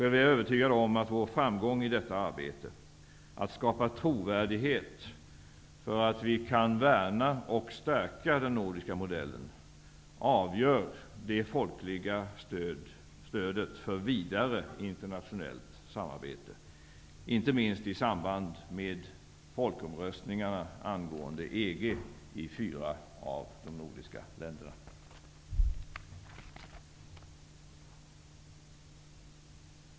Jag är övertygad om att vår framgång i detta arbete, att skapa trovärdighet för att vi kan värna och stärka den nordiska modellen, avgör det folkliga stödet för vidare internationellt samarbete, inte minst i samband med folkomröstningarna angående EG i fyra av de nordiska länderna.